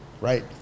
right